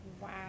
Wow